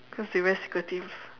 cause they very secretive